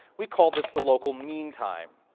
we called this the local meantime.